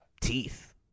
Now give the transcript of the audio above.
teeth